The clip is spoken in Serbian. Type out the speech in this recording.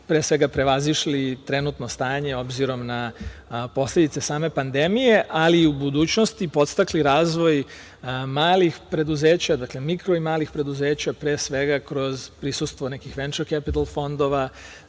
pre svega prevazišle trenutno stanje, s obzirom na posledice same pandemije, ali i u budućnosti podstakli razvoj malih preduzeća, mikro i malih preduzeća, pre svega kroz prisustvo nekih venčer kapital fondova,